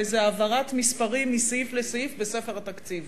באיזה העברת מספרים מסעיף לסעיף בספר התקציב,